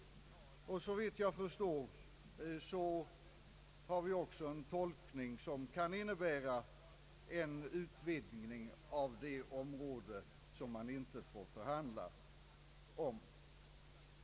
Såvitt jag förstår har vi också en tolkning som kan innebära en utvidgning av det område som man inte får förhandla om.